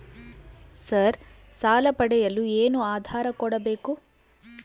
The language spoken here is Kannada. ಸರ್ ಸಾಲ ಪಡೆಯಲು ಏನು ಆಧಾರ ಕೋಡಬೇಕು?